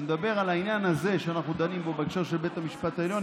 אני מדבר על העניין הזה שאנחנו דנים בו בהקשר של בית המשפט העליון,